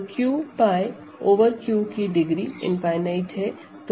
तो Q𝝅 over Q की degree infinite है